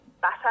butter